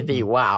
Wow